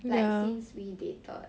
like since we dated